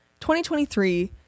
2023